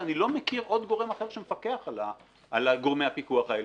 שאני לא מכיר עוד גורם אחר שמפקח על גורמי הפיקוח האלה.